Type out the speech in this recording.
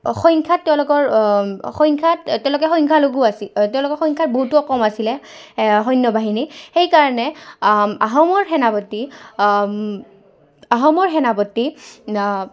সংখ্যাত তেওঁলোকৰ সংখ্যাত তেওঁলোকে সংখ্যালঘূ আছিল তেওঁলোকৰ সংখ্যাত বহুতো কম আছিলে সৈন্য বাহিনী সেইকাৰণে আহোমৰ সেনাপতি আহোমৰ সেনাপতি